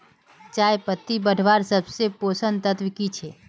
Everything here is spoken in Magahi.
चयपत्ति बढ़वार सबसे पोषक तत्व की छे?